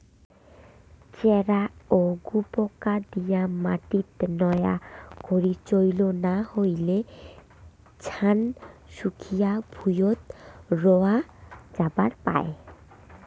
চ্যারা ও গুপোকা দিয়া মাটিত নয়া করি চইল না হইলে, ছান শুকিয়া ভুঁইয়ত রয়া যাবার পায়